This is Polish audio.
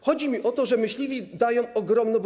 Chodzi mi o to, że myśliwi dają ogromny.